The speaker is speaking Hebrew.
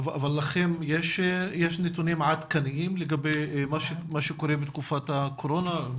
לכם יש נתונים עדכניים לגבי מה שקורה בתקופת הקורונה?